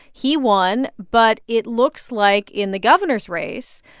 he won, but it looks like in the governor's race,